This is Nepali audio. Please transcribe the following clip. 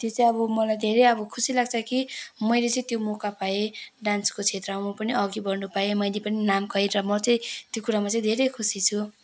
त्यो चाहिँ अब मलाई धेरै अब खुसी लाग्छ कि मैले चाहिँ त्यो मौका पाएँ डान्सको क्षेत्रमा म पनि अघि बढ्न पाएँ मैले पनि नाम कमाएँ र म चाहिँ त्यो कुरामा चाहिँ धेरै खुसी छु